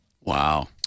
Wow